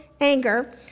anger